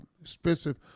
expensive